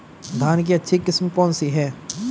धान की अच्छी किस्म कौन सी है?